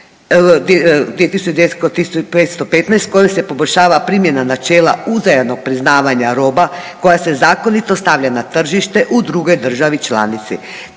razumije/…kojom se poboljšava primjena načela uzajamnog priznavanja roba koja se zakonito stavlja na tržište u drugoj državi članici,